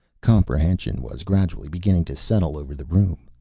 comprehension was gradually beginning to settle over the room.